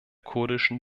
kurdischen